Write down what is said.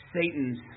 Satan's